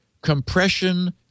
compression